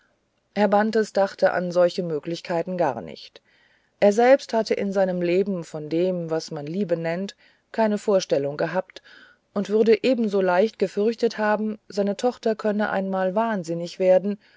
bantes dachte an solche möglichkeiten gar nicht er selbst hatte in seinem leben von dem was man liebe nennt keine vorstellung gehabt und würde ebenso leicht gefürchtet haben seine tochter könne einmal wahnsinnig werden